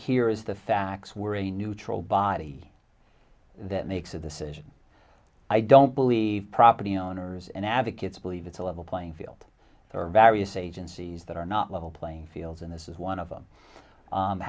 here is the facts we're a neutral body that makes a decision i don't believe property owners and advocates believe it's a level playing field for various agencies that are not level playing fields and this is one of them